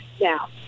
Now